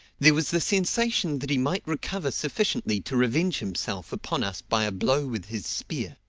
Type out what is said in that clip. there was the sensation that he might recover sufficiently to revenge himself upon us by a blow with his spear.